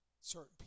certain